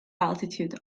altitude